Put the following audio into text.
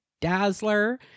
Dazzler